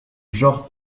genre